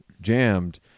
jammed